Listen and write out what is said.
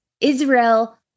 Israel